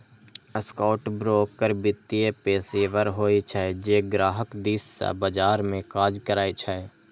stockbroker वित्तीय पेशेवर होइ छै, जे ग्राहक दिस सं बाजार मे काज करै छै